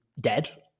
dead